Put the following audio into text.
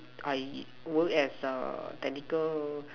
I work as err technical